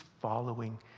following